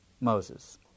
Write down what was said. Moses